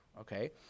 Okay